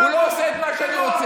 הוא לא עושה את מה שאני רוצה.